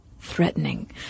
threatening